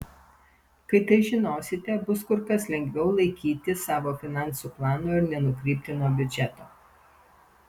kai tai žinosite bus kur kas lengviau laikytis savo finansų plano ir nenukrypti nuo biudžeto